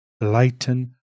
lighten